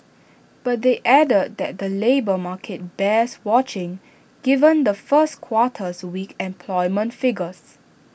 but they added that the labour market bears watching given the first quarter's weak employment figures